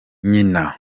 nyina